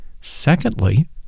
secondly